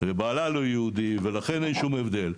ובעלה לא יהודי, ולכן, אין שום הבדל.